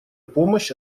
помощь